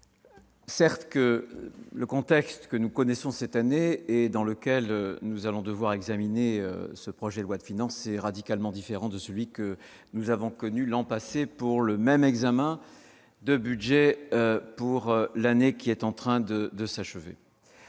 certes, le contexte que nous connaissons cette année et dans lequel nous allons devoir examiner ce projet de loi de finances, est radicalement différent de celui que nous avons connu l'an passé, au moment de l'examen du budget de l'année qui s'achève.